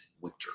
winter